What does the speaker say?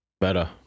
Better